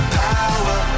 power